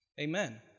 Amen